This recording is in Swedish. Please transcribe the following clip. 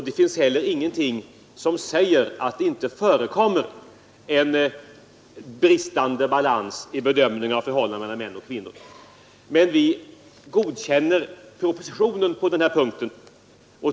Det finns heller inte ett ord om att det inte förekommer en bristande balans i bedömningen av förhållandena mellan män och kvinnor. Men vi godkänner propositionen på denna punkt.